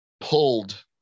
pulled